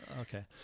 Okay